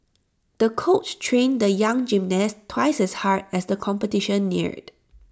the coach trained the young gymnast twice as hard as the competition neared